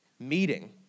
meeting